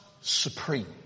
supreme